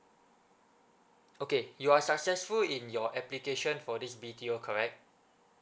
okay you are successful in your application for this B_T_O correct